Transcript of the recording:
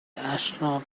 astronaut